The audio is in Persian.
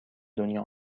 دنیا